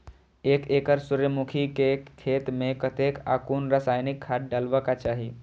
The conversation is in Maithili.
एक एकड़ सूर्यमुखी केय खेत मेय कतेक आ कुन रासायनिक खाद डलबाक चाहि?